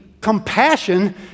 Compassion